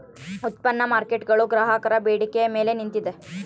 ಉತ್ಪನ್ನ ಮಾರ್ಕೇಟ್ಗುಳು ಗ್ರಾಹಕರ ಬೇಡಿಕೆಯ ಮೇಲೆ ನಿಂತಿದ